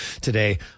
today